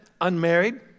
unmarried